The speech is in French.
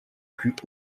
plus